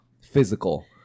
physical